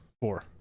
four